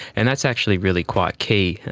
and that's actually really quite key.